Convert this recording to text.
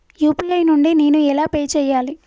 UPI నుండి నేను ఎలా పే చెయ్యాలి?